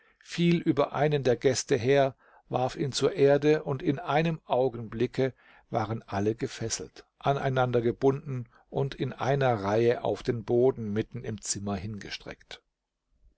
fiel über einen der gäste her warf ihn zur erde und in einem augenblicke waren alle gefesselt aneinander gebunden und in einer reihe auf den boden mitten im zimmer hingestreckt